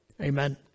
Amen